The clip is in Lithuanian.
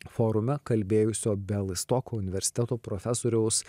forume kalbėjusio belystoko universiteto profesoriaus